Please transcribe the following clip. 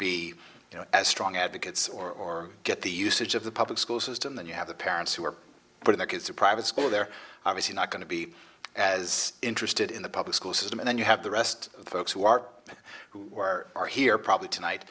be as strong advocates or get the usage of the public school system that you have the parents who are putting their kids to private school they're obviously not going to be as interested in the public school system and then you have the rest of the folks who are who are here probably tonight